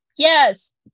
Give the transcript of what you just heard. Yes